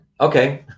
Okay